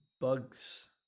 Bugs